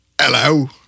hello